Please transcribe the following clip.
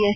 S